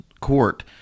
court